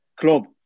club